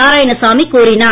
நாராயணசாமி கூறினார்